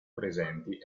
presenti